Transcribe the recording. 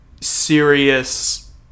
serious